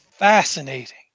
Fascinating